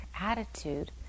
attitude